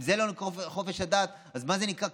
אם זה לא נקרא חופש הדת, אז מה זה נקרא?